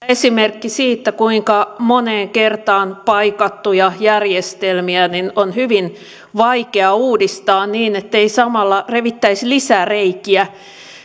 esimerkki siitä kuinka moneen kertaan paikattuja järjestelmiä on hyvin vaikea uudistaa niin ettei samalla revittäisi lisää reikiä